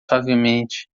suavemente